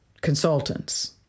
consultants